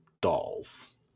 dolls